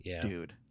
dude